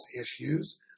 issues